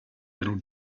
little